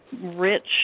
Rich